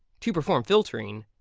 to perform filtering,